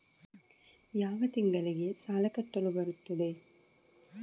ಯಾವ ತಿಂಗಳಿಗೆ ಸಾಲ ಕಟ್ಟಲು ಬರುತ್ತದೆ?